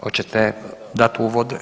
Hoćete dati uvod?